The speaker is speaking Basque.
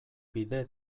bide